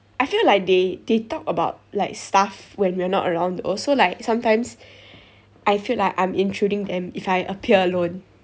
I feel like they they talk about like stuff when we are not around also like sometimes I feel like I'm intruding them if I appear alone